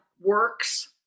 works